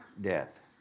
death